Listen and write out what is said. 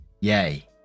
Yay